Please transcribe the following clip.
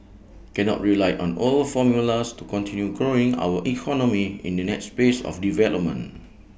cannot rely on old formulas to continue growing our economy in the next phase of development